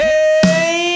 Hey